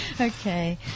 Okay